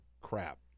crap